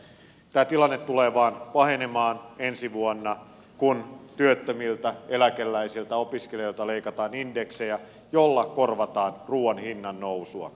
tämä tilanne tulee vain pahenemaan ensi vuonna kun työttömiltä eläkeläisiltä ja opiskelijoilta leikataan indeksejä joilla korvataan ruuan hinnan nousua